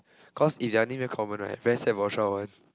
because if their name very common right very sad for sure one